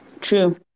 True